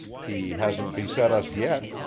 he hasn't beset us yet,